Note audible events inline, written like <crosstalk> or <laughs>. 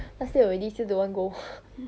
last day already still don't want go <laughs>